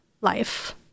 life